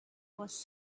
was